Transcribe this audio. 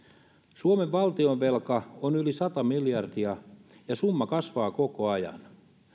suomen valtionvelka on yli sata miljardia ja summa kasvaa koko ajan